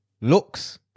looks